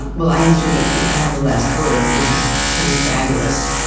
well, i usually get to have the last word, which is kind of fabulous.